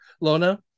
Lona